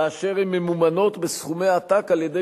כאשר הן ממומנות בסכומי עתק על-ידי